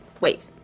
Wait